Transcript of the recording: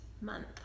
month